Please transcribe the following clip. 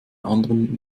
anderen